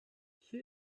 hier